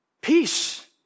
peace